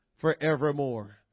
forevermore